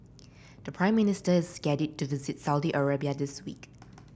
the Prime Minister is scheduled to visit Saudi Arabia this week